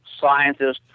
scientists